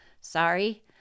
Sorry